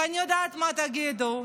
ואני יודעת מה תגידו,